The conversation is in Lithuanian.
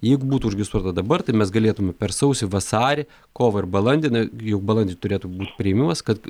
jeigu būtų užregistruota dabar tai mes galėtume per sausį vasarį kovą ir balandį juk balandį turėtų būt priėmimas kad